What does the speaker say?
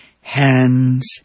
hands